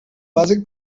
bàsic